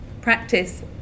practice